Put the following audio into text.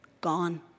gone